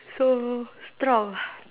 so strong ah